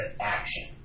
action